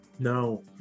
No